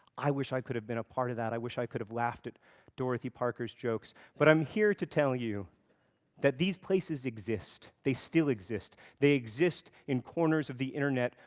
i wish i could have been a part of that, i wish i could have laughed at dorothy parker's jokes. but i'm here to tell you that these places exist, they still exist. they exist in corners of the internet,